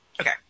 okay